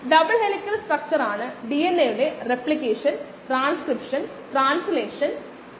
എന്നാൽ തത്വത്തിൽ ഒരു വ്യത്യാസമുണ്ട് അതിലോട്ടു വരാം അത് പ്രധാനപ്പെട്ടതായി മാറാം വ്യത്യാസം പ്രധാനപ്പെട്ടതായി മാറും